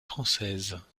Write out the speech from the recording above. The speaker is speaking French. françaises